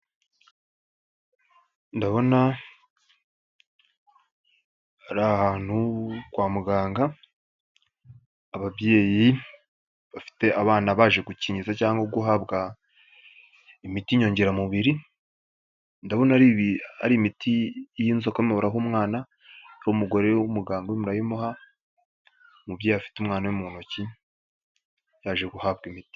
Ndabona ari ahantu kwa muganga ababyeyi bafite abana baje gukingiza cyangwa guhabwa imiti nyongeramubiri, ndabona ari ari imiti y'inzoka barimo baraha umwana, hari umugore w'umuganga urimo urayimuha, umubyeyi afite umwana we mu ntoki yaje guhabwa imiti.